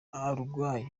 uruguay